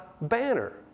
banner